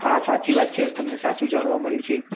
હા સાચી વાત છે તમને સાચું જાણવા મળ્યું છે